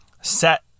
set